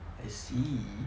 I see